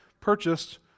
purchased